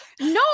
No